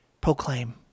proclaim